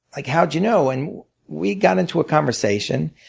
like how did you know? and we got into a conversation,